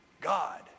God